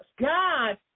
God